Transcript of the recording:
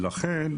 לכן,